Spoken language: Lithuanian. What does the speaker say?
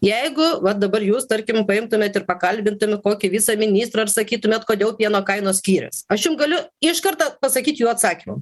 jeigu va dabar jūs tarkim paimtumėt ir pakalbintume kokį viseministrą ir sakytumėt kodėl pieno kainos skirias aš jum galiu iš karta pasakyt jų atsakymą